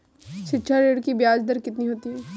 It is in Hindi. शिक्षा ऋण की ब्याज दर कितनी होती है?